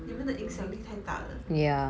你们的影响力太大了